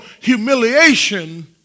humiliation